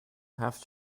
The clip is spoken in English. have